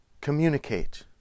communicate